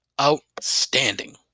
outstanding